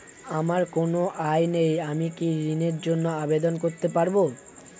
আমার কোনো আয় নেই আমি কি ঋণের জন্য আবেদন করতে পারব?